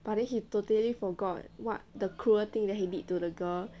but then he totally forgot what the cruel thing he did to the girl